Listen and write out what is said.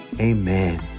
Amen